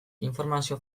informazio